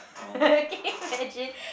can you imagine